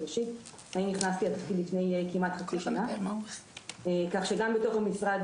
אני נכנסתי לתפקיד לפני כמעט חצי שנה כך שגם בתוך המשרד